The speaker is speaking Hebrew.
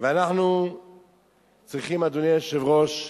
ואנחנו צריכים, אדוני היושב-ראש,